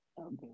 Okay